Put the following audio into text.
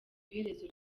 iherezo